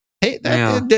hey